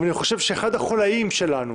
ואני חושב שאחד החוליים שלנו